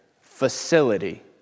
facility